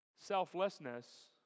Selflessness